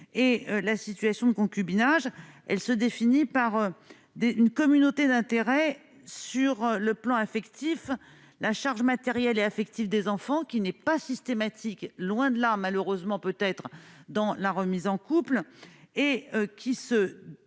la situation de concubinage, elle se défini par des une communauté d'intérêts sur le plan affectif la charge matérielle et affective des enfants qui n'est pas systématique, loin de là, malheureusement, peut-être dans la remise en couple et qui se défini